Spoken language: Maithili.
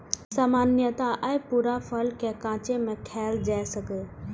सामान्यतः अय पूरा फल कें कांचे मे खायल जा सकैए